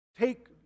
take